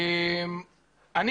נתקעתי המון זמן בדרך.